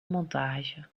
montage